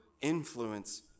influence